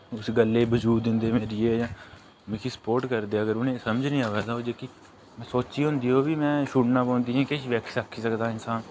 ओस गल्ला गी बजूद दिंदे मेरी ऐ जां मिगी सपोर्ट करदे अगर उ'नेंगी समझ नी आवै तां जेह्की सोची होंदी ओह् बी मैं छोड़ना पौंदी इयां किश बी आक्खी सकदा इंसान